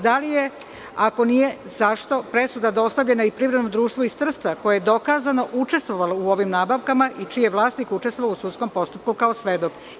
Zašto presuda nije dostavljena Privrednom društvu iz Trsta, koje je dokazano učestvovalo u ovim nabavkama i čiji je vlasnik učestvovao u sudskom postupku kao svedok?